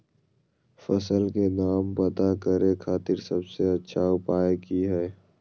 फसल के दाम पता करे खातिर सबसे अच्छा उपाय की हय?